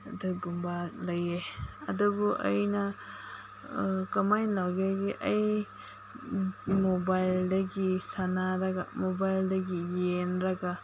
ꯑꯗꯨꯒꯨꯝꯕ ꯂꯩꯌꯦ ꯑꯗꯨꯕꯨ ꯑꯩꯅ ꯀꯃꯥꯏ ꯂꯧꯒꯦꯒꯦ ꯑꯩ ꯃꯣꯕꯥꯏꯜꯗꯒꯤ ꯁꯥꯟꯅꯔꯒ ꯃꯣꯕꯥꯏꯜꯗꯒꯤ ꯌꯦꯡꯂꯒ